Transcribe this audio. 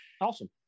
Awesome